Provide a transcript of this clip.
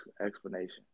explanation